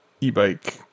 e-bike